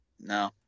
No